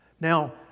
Now